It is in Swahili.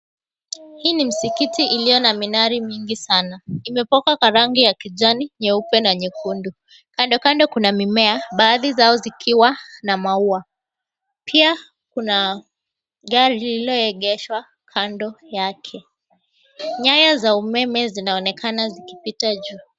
Hii ni msikiti iliyo na minari mingi sana. Imepakwa rangi ya kijani, nyeupe na nyekundu. Kando kando kuna mimea baadhi zao zikiwa na maua. Pia kuna gari lililoegeshwa kando yake. Nyaya za umeme zinaonekana zikipita juu.